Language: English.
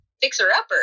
fixer-upper